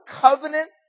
covenant